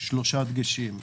שלושה דגשים.